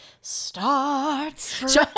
Starts